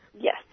Yes